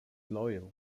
loyal